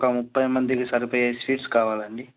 ఒక ముప్పై మందికి సరిపోయే స్వీట్స్ కావాలండి